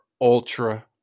ultra